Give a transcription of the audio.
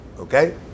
Okay